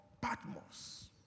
Patmos